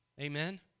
Amen